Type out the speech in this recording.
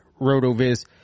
Rotoviz